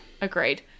agreed